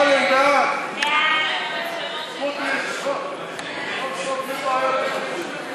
ההצעה להעביר את הצעת חוק מגבלות על השעיית עובדים